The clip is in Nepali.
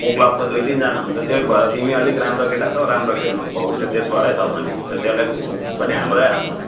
हाम्रो क्लबको दुई तिनजना हुन्छ त्यही भएर तिमी अलिक राम्रो केटा छौ राम्रो खेल्नु भविष्य त यसबाटै छ भने सेलेक्ट पनि हाम्रै हातमा छ